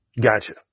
Gotcha